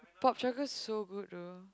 Poptropica's so good though